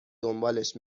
دنبالش